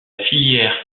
filière